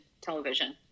television